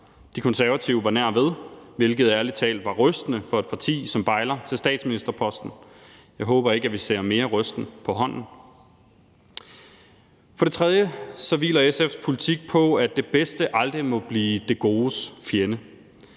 De Konservative var nær ved, hvilket ærlig talt var rystende for et parti, som bejler til statsministerposten. Jeg håber ikke, at vi ser mere rysten på hånden. For det tredje hviler SF's politik på, at det bedste aldrig må blive det godes fjende.